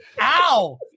Ow